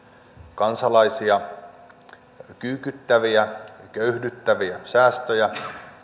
kansalaisia kyykyttäviä köyhdyttäviä säästöjä